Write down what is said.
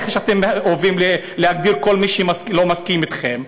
איך שאתם אוהבים להגדיר את כל מי שלא מסכים אתכם,